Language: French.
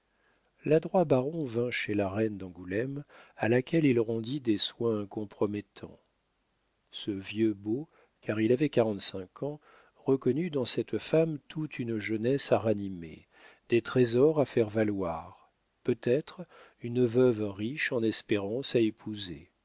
l'adroit baron vint chez la reine d'angoulême à laquelle il rendit des soins compromettants ce vieux beau car il avait quarante-cinq ans reconnut dans cette femme toute une jeunesse à ranimer des trésors à faire valoir peut-être une veuve riche en espérances à épouser